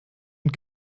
und